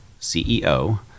CEO